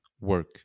work